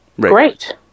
great